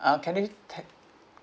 ah can you tell